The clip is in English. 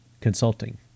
Consulting